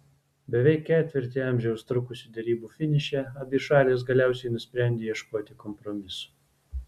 beveik ketvirtį amžiaus trukusių derybų finiše abi šalys galiausiai nusprendė ieškoti kompromisų